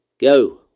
Go